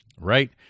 right